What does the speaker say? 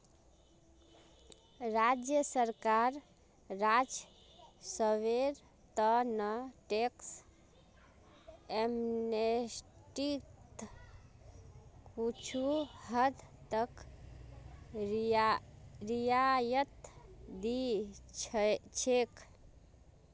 राज्य सरकार राजस्वेर त न टैक्स एमनेस्टीत कुछू हद तक रियायत दी छेक